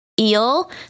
eel